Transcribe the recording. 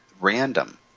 random